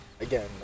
again